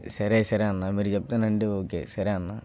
సరే సరే అన్నా మీరు చెప్తానంటే ఓకే సరే అన్నా